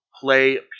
Play